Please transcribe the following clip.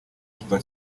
super